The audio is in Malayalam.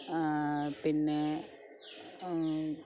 പിന്നെ